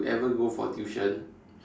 you ever go for tuition